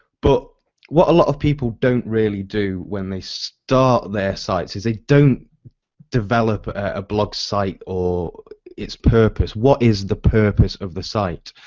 but what alot of people don't really do when they start their site is they don't develop a blog site or it's purpose. what is the purpose of the site.